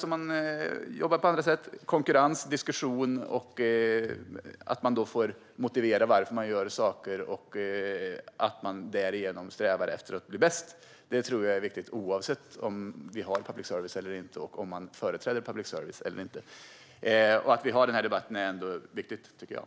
Jag tror att det är viktigt med konkurrens, diskussion och att man får motivera varför man gör saker, att man därigenom strävar efter att bli bäst, oavsett om vi har public service och om man företräder public service eller inte. Det är ändå viktigt att vi har den här debatten.